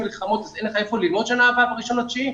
אין לך איפה ללמוד בשנה הבאה ב-1.9?